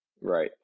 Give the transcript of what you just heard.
Right